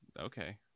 Okay